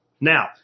Now